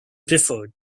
preferred